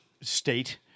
state